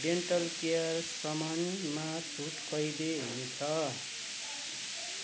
dental care सामानमा छुट कहिले हुन्छ